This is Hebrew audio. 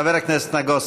חבר הכנסת נגוסה.